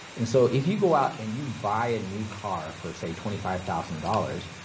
and so if you go out and you buy a new car for say twenty five thousand dollars,